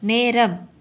நேரம்